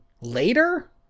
later